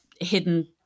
hidden